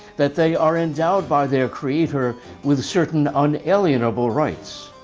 that they are endowed by their creator with certain unalienable rights,